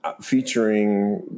featuring